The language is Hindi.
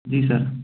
जी सर